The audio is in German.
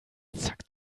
zack